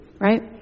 right